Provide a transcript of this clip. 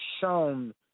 shown